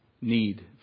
need